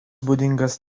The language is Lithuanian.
būdingas